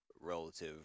relative